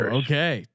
okay